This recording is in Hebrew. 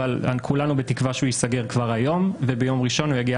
אבל כולנו בתקווה שהוא ייסגר כבר היום וביום ראשון הוא יגיע